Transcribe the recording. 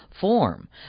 form